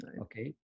okay